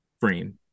frame